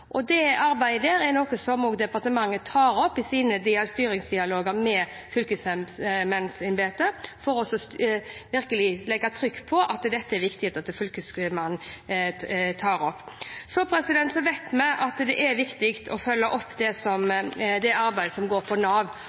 krisesenterloven. Det arbeidet er noe departementet tar opp i sine styringsdialoger med fylkesmannsembetet, for virkelig å legge trykk på at det er viktig at Fylkesmannen tar opp dette. Så vet vi at det er viktig å følge opp det arbeidet som går på Nav.